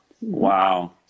Wow